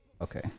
okay